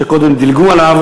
שקודם דילגו עליו,